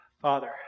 Father